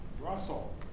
Russell